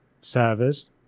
servers